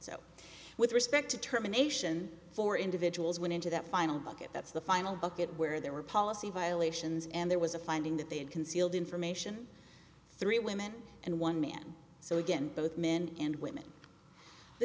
so with respect to terminations four individuals went into that final bucket that's the final bucket where there were policy violations and there was a finding that they had concealed information three women and one man so again both men and